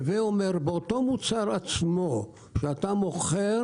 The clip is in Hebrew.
באותו מוצר עצמו שאתה מוכר